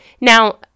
Now